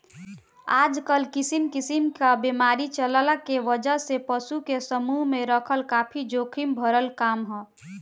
आजकल किसिम किसिम क बीमारी चलला के वजह से पशु के समूह में रखल काफी जोखिम भरल काम ह